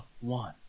one